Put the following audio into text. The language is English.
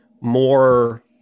more